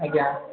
ଆଜ୍ଞା